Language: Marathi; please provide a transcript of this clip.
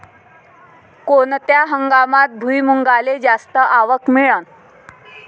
कोनत्या हंगामात भुईमुंगाले जास्त आवक मिळन?